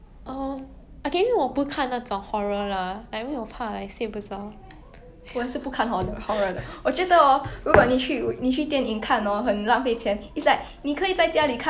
对 lah